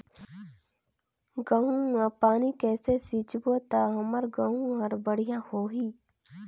गहूं म पानी कइसे सिंचबो ता हमर गहूं हर बढ़िया होही?